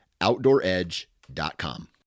OutdoorEdge.com